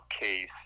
case